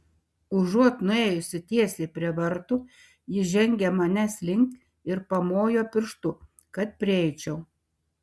užuot nuėjusi tiesiai prie vartų ji žengė manęs link ir pamojo pirštu kad prieičiau